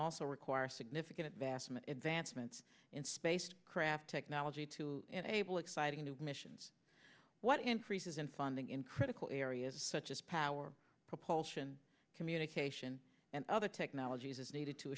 also requires significant investment advancements in space craft technology to enable exciting new missions what increases in funding in critical areas such as power propulsion communication and other technologies is needed to